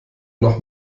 noch